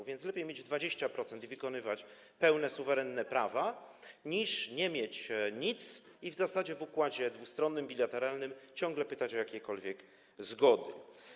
A więc lepiej mieć 20% i wykonywać pełne, suwerenne prawa, niż nie mieć nic i w zasadzie w układzie dwustronnym, bilateralnym ciągle pytać o jakiekolwiek zgody.